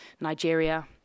Nigeria